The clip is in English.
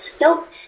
nope